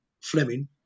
Fleming